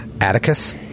Atticus